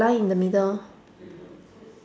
the line in the middle